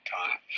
time